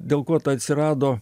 dėl ko ta atsirado